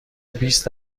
بیست